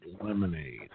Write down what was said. lemonade